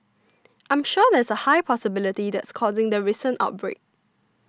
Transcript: I'm sure there's a high possibility that's causing the recent outbreak